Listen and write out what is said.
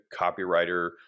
copywriter